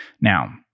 Now